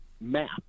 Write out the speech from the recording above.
map